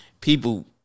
people